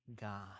God